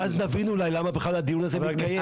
ואז נבין אולי למה בכלל הדיון הזה מתקיים.